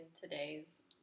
today's